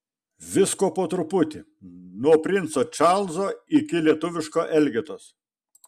visko po truputį nuo princo čarlzo iki lietuviško elgetos